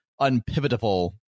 unpivotable